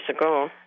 ago